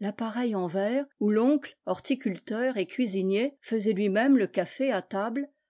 l'appareil en verre où l'oncle horticulteur et cuisinier faisait luimême le café à table